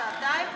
שעתיים,